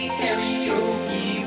karaoke